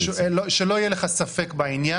שלא יהיה לך ספק בעניין.